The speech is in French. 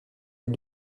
les